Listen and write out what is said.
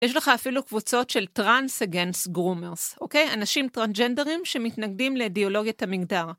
יש לך אפילו קבוצות של טראנס אגנס גרומרס, אוקיי? אנשים טראנסג'נדרים שמתנגדים לאידיאלוגית המגדר.